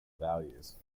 values